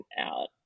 out